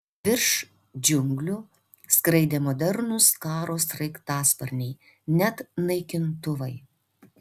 virš džiunglių skraidė modernūs karo sraigtasparniai net naikintuvai